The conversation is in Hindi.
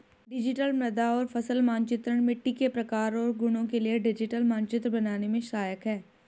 डिजिटल मृदा और फसल मानचित्रण मिट्टी के प्रकार और गुणों के लिए डिजिटल मानचित्र बनाने में सहायक है